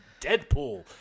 Deadpool